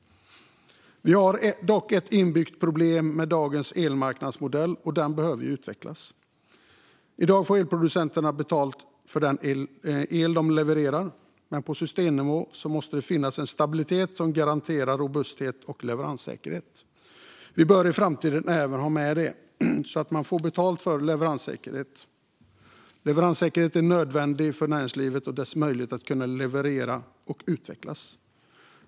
Vi har dock ett inbyggt problem med dagens elmarknadsmodell, och den behöver utvecklas. I dag får elproducenterna betalt för den el de levererar, men på systemnivå måste det finnas en stabilitet som garanterar robusthet och leveranssäkerhet. Vi bör i framtiden även ha med det så att man får betalt för leveranssäkerhet. Leveranssäkerhet är nödvändig för näringslivet och dess möjlighet att leverera och utvecklas.